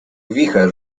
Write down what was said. wicher